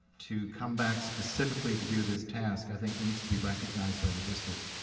to come back specifically to do this task i think needs to be recognized by the district.